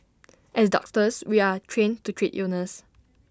as doctors we are trained to treat illness